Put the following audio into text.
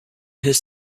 his